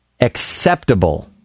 acceptable